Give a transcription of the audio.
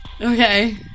Okay